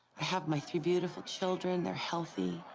i have my three beautiful children, they're healthy.